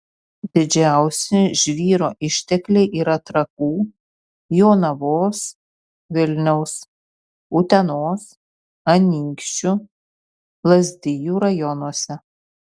didžiausi žvyro ištekliai yra trakų jonavos vilniaus utenos anykščių lazdijų rajonuose